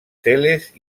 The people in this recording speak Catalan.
teles